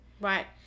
Right